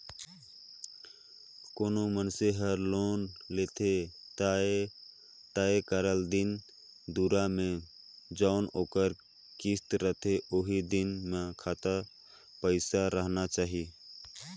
कोनो मइनसे हर लोन लेथे ता तय करल दिन दुरा में जउन ओकर किस्त रहथे ओ दिन में खाता पइसा राहना चाही